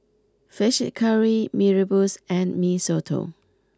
Fish Head Curry Mee Rebus and Mee Soto